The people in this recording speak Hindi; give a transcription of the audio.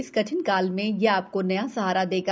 इस कठिन काल में ये आपको नया सहारा देगा